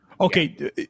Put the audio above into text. Okay